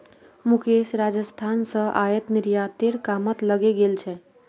मुकेश राजस्थान स आयात निर्यातेर कामत लगे गेल छ